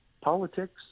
politics